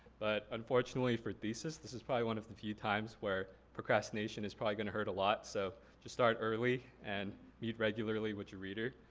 but unfortunately for thesis, this is probably one of the few times where procrastination is probably gonna hurt a lot, so just start early, and read regularly with your reader.